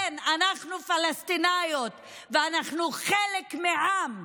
כן, אנחנו פלסטיניות ואנחנו חלק מעם,